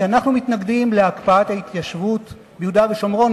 כי אנחנו מתנגדים להקפאת ההתיישבות ביהודה ושומרון,